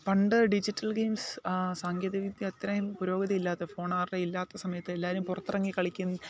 പണ്ട് digital games സാങ്കേതിക വിദ്യ അത്രയും പുരോഗതിയില്ലാത്ത ഫോൺ ആരുടെയും ഇല്ലാത്ത സമയത്ത് എല്ലാവരും പുറത്ത് ഇറങ്ങി കളിക്കും